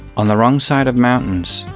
on the wrong side of mountains,